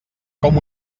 com